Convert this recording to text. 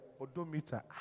odometer